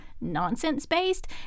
nonsense-based